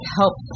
help